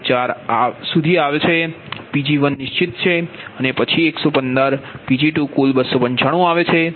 4 સુધી આવે છે Pg1નિશ્ચિત છે અને પછી 115 Pg2કુલ 295 આવે છે